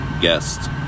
guests